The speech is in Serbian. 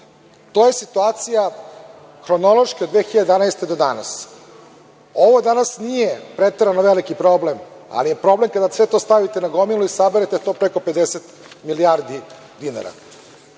situacija od 2011. godine do danas. Ovo danas nije preterano veliki problem, ali je problem kada sve to stavite na gomilu i saberete to preko 50 milijardi dinara